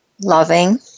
loving